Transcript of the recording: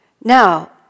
Now